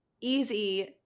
easy